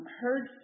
heard